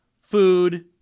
food